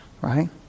Right